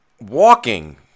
walking